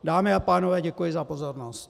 Dámy a pánové, děkuji za pozornost.